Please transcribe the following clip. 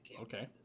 Okay